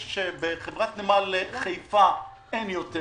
בחברת נמל חיפה אין יותר